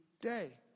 day